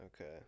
Okay